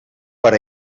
per